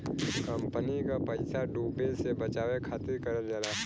company क पइसा डूबे से बचावे खातिर करल जाला